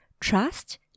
trust